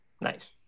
Nice